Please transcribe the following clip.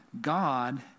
God